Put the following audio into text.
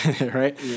right